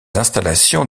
installations